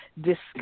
discuss